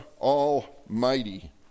Almighty